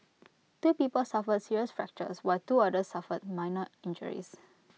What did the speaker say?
two people suffered serious fractures while two others suffered minor injuries